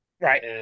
Right